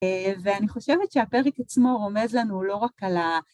ואני חושבת שהפרק עצמו רומז לנו לא רק על ה...